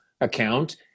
account